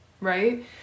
right